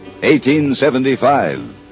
1875